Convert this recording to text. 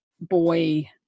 boy